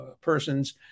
persons